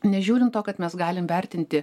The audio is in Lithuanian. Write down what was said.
nežiūrint to kad mes galim vertinti